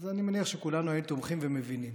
אני מניח שכולם היו תומכים ומבינים.